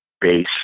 base